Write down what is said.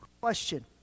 question